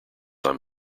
i’m